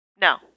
No